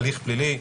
הליך פלילי,